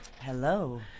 Hello